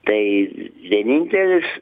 tai vienintelis